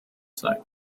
site